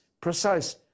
precise